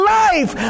life